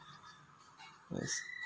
was